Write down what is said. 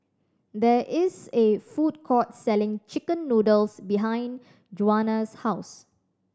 there is a food court selling chicken noodles behind Juana's house